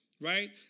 right